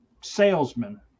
salesman